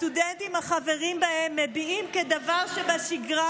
הסטודנטים החברים בהם מביעים כדבר שבשגרה